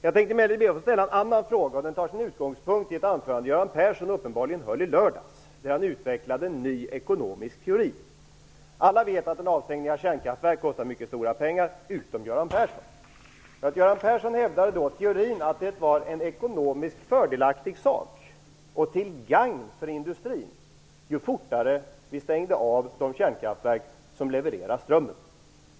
Jag tänkte emellertid be att få ställa en annan fråga, och den har sin utgångspunkt i ett anförande Göran Persson uppenbarligen höll i lördags, där han utvecklade en ny ekonomisk teori. Alla utom Göran Persson vet att en avstängning av kärnkraftverk kostar mycket stora pengar. Göran Persson hävdade i lördags teorin att det var mer ekonomiskt fördelaktigt och mer till gagn för industrin ju fortare vi stängde av de kärnkraftverk som levererar strömmen.